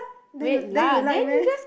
then you then you like meh